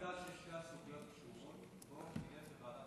דווקא בגלל,